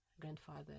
grandfather